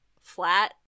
flat